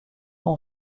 ont